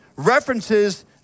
references